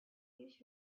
use